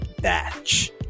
batch